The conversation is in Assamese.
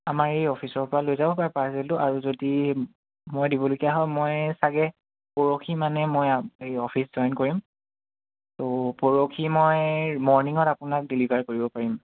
আমাৰ এই অফিচৰ পৰা লৈ যাব পাৰে পাৰ্চেলটো আৰু যদি মই দিবলগীয়া হয় মই চাগে পৰশি মানে মই এই অফিচ জইন কৰিম ত' পৰশি মই মৰ্ণিঙত আপোনাক ডেলিভাৰ কৰিব পাৰিম